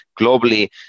Globally